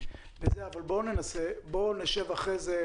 אבל בואו נשב אחרי זה,